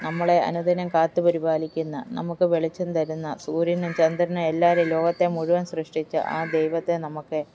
നമ്മളെ അനുദിനം കാത്തു പരിപാലിക്കുന്ന നമുക്ക് വെളിച്ചം തരുന്ന സൂര്യനും ചന്ദ്രനും എല്ലാവരെയും ലോകത്തെ മുഴുവൻ സൃഷ്ടിച്ച ആ ദൈവത്തെ നമുക്ക്